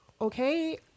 okay